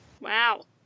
wow